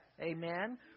amen